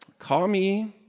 call me